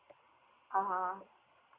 (uh huh)